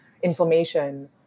inflammation